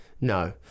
no